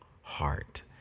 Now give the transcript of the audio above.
heart